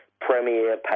premier